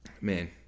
man